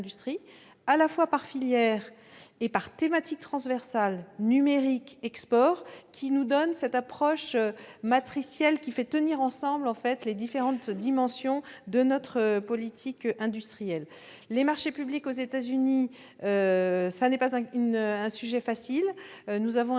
à la fois par filière et par thématiques transversales, numérique et export, qui nous donne cette approche matricielle et qui fait tenir ensemble les différentes dimensions de notre politique industrielle. Les marchés publics aux États-Unis ? Ce n'est pas un sujet facile. Nous disposons